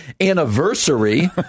anniversary